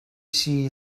see